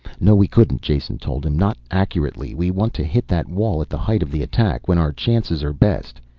no we couldn't, jason told him. not accurately. we want to hit that wall at the height of the attack, when our chances are best.